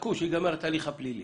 תחכו עד שיסתיים ההליך הפלילי